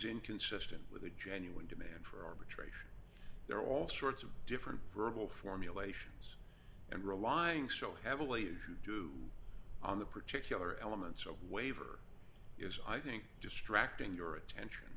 inconsistent with a genuine demand for arbitration there are all sorts of different verbal formulations and relying so heavily to do on the particular elements of waiver is i think distracting your attention